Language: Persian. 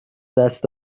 دست